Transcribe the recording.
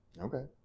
Okay